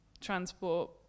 transport